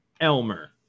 elmer